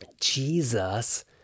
Jesus